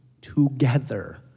together